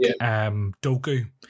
doku